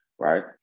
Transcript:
right